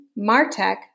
martech